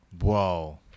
whoa